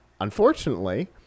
Unfortunately